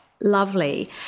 lovely